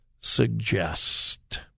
suggest